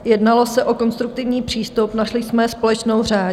Jednalo se o konstruktivní přístup, našli jsme společnou řeč.